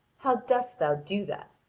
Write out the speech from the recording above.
how dost thou do that?